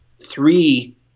three